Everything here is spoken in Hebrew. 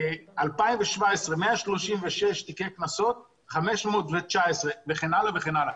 2017 136 תיקי קנסות, 519, וכן הלאה וכן הלאה.